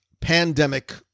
pandemic